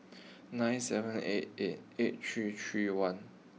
nine seven eight eight eight three three one